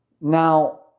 Now